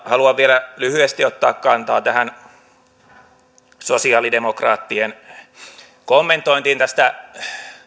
haluan vielä lyhyesti ottaa kantaa sosialidemokraattien kommentointiin tästä